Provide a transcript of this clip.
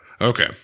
Okay